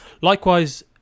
Likewise